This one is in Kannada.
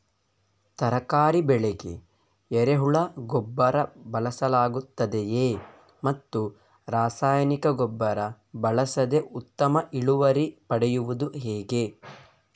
ತರಕಾರಿ ಬೆಳೆಗೆ ಎರೆಹುಳ ಗೊಬ್ಬರ ಬಳಸಲಾಗುತ್ತದೆಯೇ ಮತ್ತು ರಾಸಾಯನಿಕ ಗೊಬ್ಬರ ಬಳಸದೆ ಉತ್ತಮ ಇಳುವರಿ ಪಡೆಯುವುದು ಹೇಗೆ?